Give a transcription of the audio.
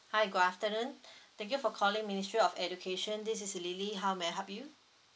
hi good afternoon thank you for calling ministry of education this is lily how may I help you